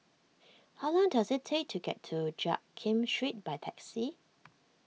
how long does it take to get to Jiak Kim Street by taxi